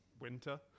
Winter